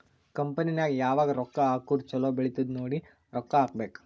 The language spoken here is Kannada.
ಕಂಪನಿ ನಾಗ್ ಯಾವಾಗ್ ರೊಕ್ಕಾ ಹಾಕುರ್ ಛಲೋ ಬೆಳಿತ್ತುದ್ ನೋಡಿ ರೊಕ್ಕಾ ಹಾಕಬೇಕ್